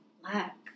black